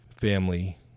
family